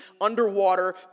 Underwater